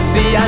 See